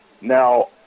Now